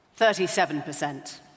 37%